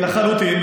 לחלוטין,